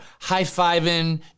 high-fiving